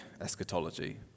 eschatology